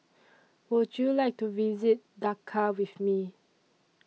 Would YOU like to visit Dhaka with Me